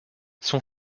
son